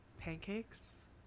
pancakes